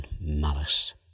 malice